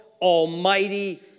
almighty